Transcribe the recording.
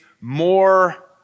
more